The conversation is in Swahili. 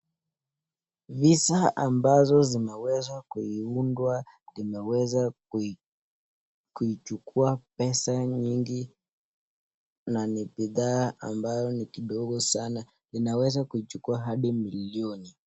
Visa ambazo zimeweza kuundwa limeweza kuichukua pesa nyingi na ni bidhaa ambayo ni kidogo sana, inaweza kuchukua hadi milioni.